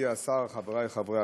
חברת